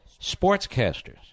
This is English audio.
sportscasters